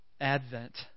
Advent